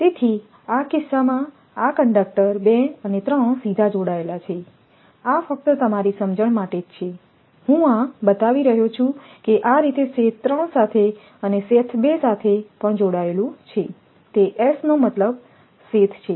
તેથી આ કિસ્સામાં આ કંડક્ટર 2 અને 3 સીધા જોડાયેલા છે આ ફક્ત તમારી સમજણ માટે જ છે હું આ બતાવી રહ્યો છું કે આ રીતે શેથ 3 સાથે અને શેથ 2 સાથે પણ જોડાયેલું છે તે S નો મતલબ શેથ છે